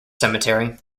cemetery